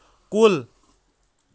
کُل